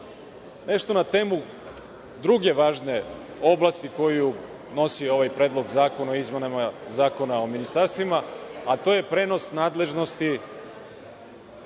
nešto na temu druge važne oblasti koju nosi ovaj Predlog zakona o izmenama Zakona o ministarstvima, a to je prenos nadležnosti